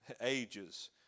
ages